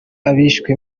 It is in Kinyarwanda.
abishwe